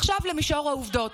עכשיו למישור העובדות.